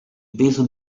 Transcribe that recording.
peso